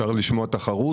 אפשר לשמוע תחרות?